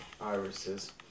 irises